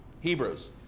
Hebrews